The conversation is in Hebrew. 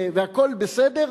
והכול בסדר,